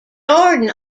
jordan